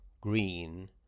Green